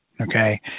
okay